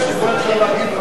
שבו אפשר להגיב,